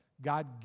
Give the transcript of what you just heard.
God